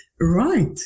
Right